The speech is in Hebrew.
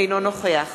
אינו נוכח